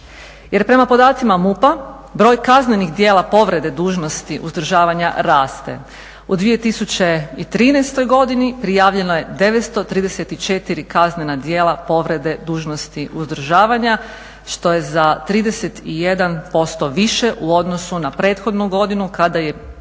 Jer prema podacima MUP-a broj kaznenih djela povrede dužnosti uzdržavanja raste. U 2013. godini prijavljeno je 934 kaznena djela povrede dužnosti uzdržavanja što je za 31% više u odnosu na prethodnu godinu kada je